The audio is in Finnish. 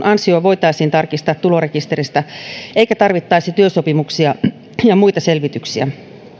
ansio voitaisiin tarkistaa tulorekisteristä eikä tarvittaisi työsopimuksia ja muita selvityksiä